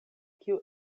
kiu